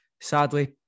Sadly